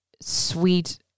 sweet